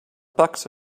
bucks